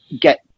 get